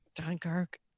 Dunkirk